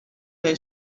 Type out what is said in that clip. lay